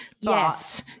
Yes